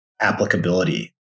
applicability